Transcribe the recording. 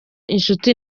inshuti